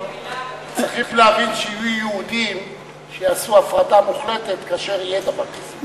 צריכים להבין שיהיו יהודים שיעשו הפרדה מוחלטת כאשר יהיה דבר כזה.